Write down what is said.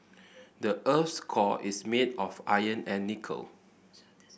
the earth's core is made of iron and nickel